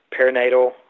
perinatal